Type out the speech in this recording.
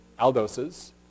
aldoses